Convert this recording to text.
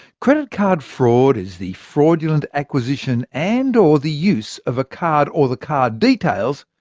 credit card fraud is the fraudulent acquisition, and or the use of a card, or the card details,